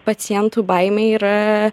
pacientų baimė yra